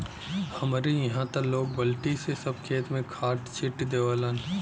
हमरे इहां त लोग बल्टी से सब खेत में खाद छिट देवलन